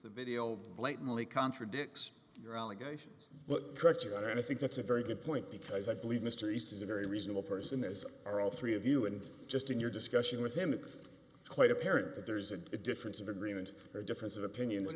the video blatantly contradicts your allegations treacher i think that's a very good point because i believe mr reese is a very reasonable person as are all three of you and just in your discussion with him it's quite apparent that there's a difference of agreement or difference of opinion